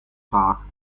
graag